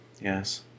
Yes